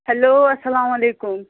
hello اسلام علیکُم